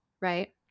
right